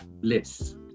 bliss